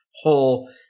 whole